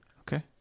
Okay